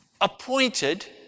appointed